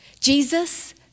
Jesus